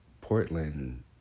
Portland